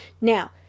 Now